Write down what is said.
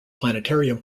planetarium